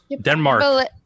Denmark